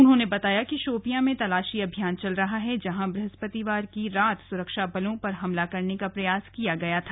उन्होंने बताया कि शोपियां में तलाशी अभियान चल रहा है जहां बृहस्पतिवार की रात सुरक्षा बलों पर हमला करने का प्रयास किया गया था